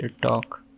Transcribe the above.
talk